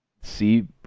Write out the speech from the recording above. see